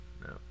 No